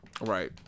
Right